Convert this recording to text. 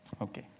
okay